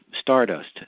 stardust